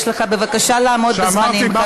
בבקשה לעמוד בזמנים.